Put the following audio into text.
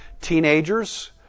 teenagers